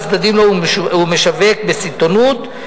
אני אביא את הצעת החוק בהסכמה במושב הבא להצבעה,